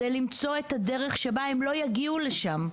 זה למצוא את הדרך שבה הם לא יגיעו לשם.